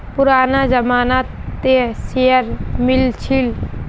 पुराना जमाना त शेयर मिल छील